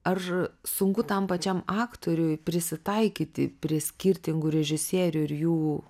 ar sunku tam pačiam aktoriui prisitaikyti prie skirtingų režisierių ir jų